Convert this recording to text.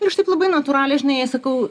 ir aš taip labai natūraliai žinai sakau